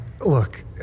Look